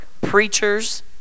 preachers